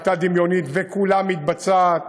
והיא נראתה דמיונית וכולה מתבצעת,